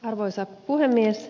arvoisa puhemies